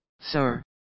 Sir